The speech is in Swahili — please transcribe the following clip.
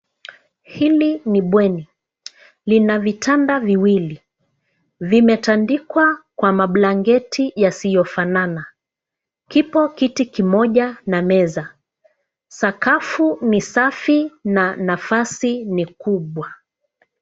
Hili ni bweni. Lina vitanda viwili. Vimetandikwa kwa mablanketi yasiyofanana. Kipo kiti kimoja na meza. Sakafu ni safi na nafasi ni kubwa.